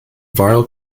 viral